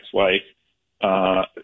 ex-wife